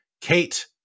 Kate